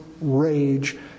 rage